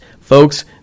Folks